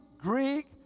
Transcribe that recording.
Greek